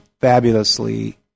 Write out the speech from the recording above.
fabulously